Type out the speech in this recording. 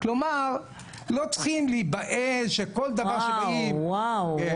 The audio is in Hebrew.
כלומר לא צריכים להיבהל שכל דבר שבאים --- וואו,